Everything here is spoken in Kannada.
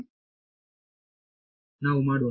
ವಿದ್ಯಾರ್ಥಿ ನಾವು ಮಾಡೋಣ